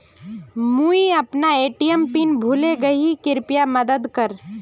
मुई अपना ATM PIN भूले गही कृप्या मदद कर